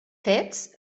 fets